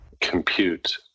compute